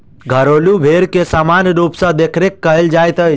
घरेलू भेंड़ के सामान्य रूप सॅ देखरेख कयल जाइत छै